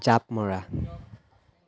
জাপ মৰা